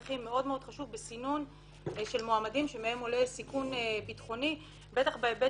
הכרחי וחשוב בסינון של מועמדים שמהם עולה סיכון ביטחוני ובטח בהיבט